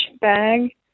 bag